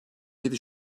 yedi